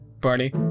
Barney